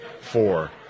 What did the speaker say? four